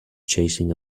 chasing